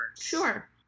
Sure